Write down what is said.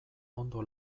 ondo